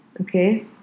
Okay